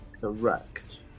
Correct